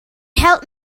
helped